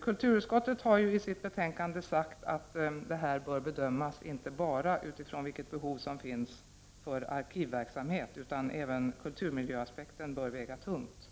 Kulturutskottet har i sitt betänkande sagt att detta bör bedömas inte bara utifrån vilket behov som finns för arkivverksamhet. Även kulturmiljöaspekten bör väga tungt.